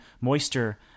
moisture